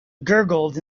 gurgled